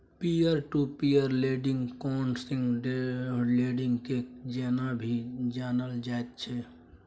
peer to peer lending crowd lending के जेना भी जानल जाइत छै